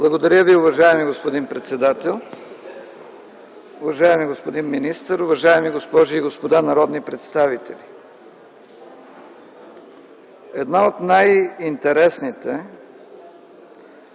Благодаря Ви, уважаеми господин председател. Уважаеми господин министър, уважаеми госпожи и господа народни представители! Едно от най-интересните